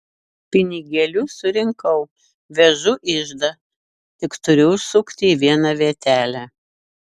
pinigėlius surinkau vežu iždą tik turiu užsukti į vieną vietelę